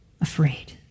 afraid